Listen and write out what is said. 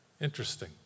interesting